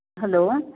hello